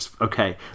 Okay